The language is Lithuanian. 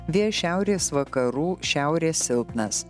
vėjas šiaurės vakarų šiaurės silpnas